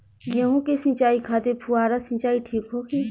गेहूँ के सिंचाई खातिर फुहारा सिंचाई ठीक होखि?